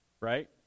right